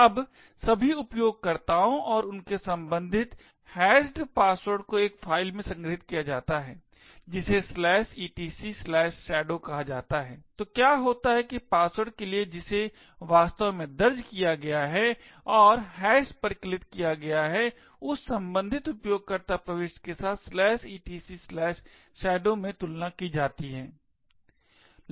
अब सभी उपयोगकर्ताओं और उनके संबंधित हैशेड पासवर्ड को एक फ़ाइल में संग्रहीत किया जाता है जिसे etcshadow कहा जाता है तो क्या होता है कि पासवर्ड के लिए जिसे वास्तव में दर्ज किया गया है और hash परिकलित किया गया है यह संबंधित उपयोगकर्ता प्रविष्टि के साथ etcshadow में तुलना की जाती है